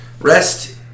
Rest